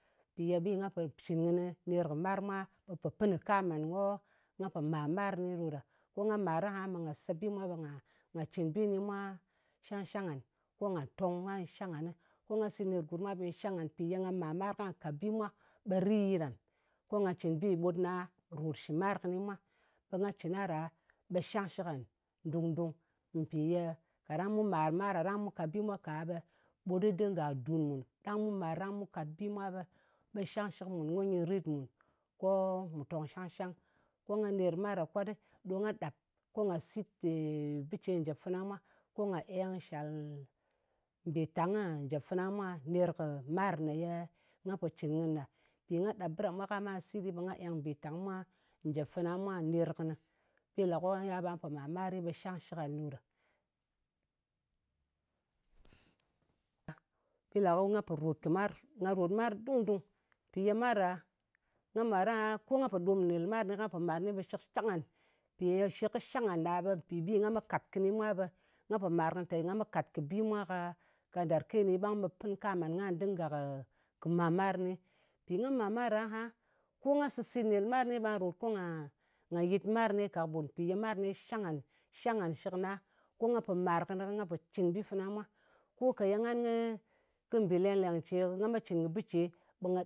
Ye bi ye nga po cɨn kɨnɨ ka ner kɨ mar mwa ɓe po pɨn kɨ kam ngan ko nga po màr mar ni ɗo da. Ko nga mar aha ɓe nga se bi mwa ɓe nga cɨn bi ni mwa shang-shang ngan, ko nga tong ko nyɨ shang nganɨ. Ko nga sir gurm mwa ɓe nyɨ shang ngan mpì ye nga màr-mar kwa kat bi mwa ɓe rit yitɗan, ko nga cɨn bi ɓutna rot shɨ mar kɨni mwa. Ɓe nga cɨn a ɗa ɓe shangshɨk ngan dung-dung. Mpì ye kaɗang mu màr-mar ɗa ɗang mu kat bi mwa ka ɓe ɓut kɨ dinga dun mùn. Ɗang mu mar ɗang mu kat bi mwa ɓe shang shɨk mun ko nyɨ rit mun ko mù tong shang-shang, ko ngan ner kɨ mar ɗa kwaɗi, ɓe nga ɗap ko nga sit bɨ ce njèp fana mwa ko nga eng shal mbìtang njèp fana mwa ner kɨ mar meye nga po cɨn kɨnɨ ɗa. Mpi nga ɗap bɨ ɗa mwa kwa mwa sit ɗi, ɓe nga eng mbìtang mwa njèp fana mwa ner kɨnɨ. Bi lè ko nga yal ɓe nga pò màr-mari ɓe shangshɨk ngan ɗo ɗa. bi le ko nga pò rot kɨ mar, nga rot mar dung-dung. Mpi ye mar a, nga mar aha, ko nga po ɗom nɗin nlɨmar kɨni ko nga mar aha ɓe shɨkshang ngan mpi ye shɨk kɨ shang ngan ɗa, ɓe mpi bi nga met kàt kɨni mwa ɓe nga pò mar kɨnɨ te nga me kat kɨ bi mwa ka ndàrke kɨni ɓang ɓe pɨn kam ngan ka dinga kɨ màr-mar ni. Mpì nga màr-mar a aha, ko nga sɨsit nèr mar kɨnɨ ɓe nag rot ko nga, nga yɨt mar kɨni kɨɓut mpi ye mwa kɨni shang ngan, shang ngan nshɨkna, ko nga po mar kɨnɨ, ko nga po cɨn bi fana mwa. Ko ka ye ngan kɨ mbì leng-leng ce, nga me cɨn kɨ bɨ ce bingh